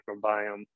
microbiome